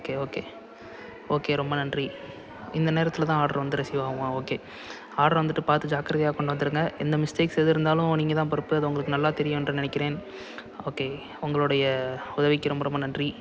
okay okay okay ரொம்ப நன்றி இந்த நேரத்தில்தான் ஆட்ரு வந்து ரீசீவ் ஆகுமா ஓகே ஆட்ரு வந்துட்டு பார்த்து ஜாக்கிரதையாக கொண்டு வந்துடுங்க எந்த மிஸ்டேக்ஸ் எது இருந்தாலும் நீங்கள்தான் பொறுப்பு அது உங்களுக்கு நல்லா தெரியும் என்று நினைக்கிறேன் ஓகே உங்களுடைய உதவிக்கு ரொம்ப ரொம்ப நன்றி